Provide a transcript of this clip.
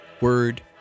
Word